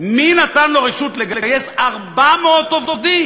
מי נתן לו רשות לגייס 400 עובדים?